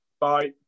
Bye